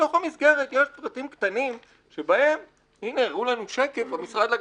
הוא הולך להיות אחראי על הים.